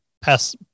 pass